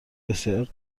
بسیار